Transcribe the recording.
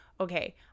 okay